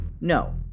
No